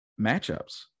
matchups